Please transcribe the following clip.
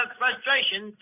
frustration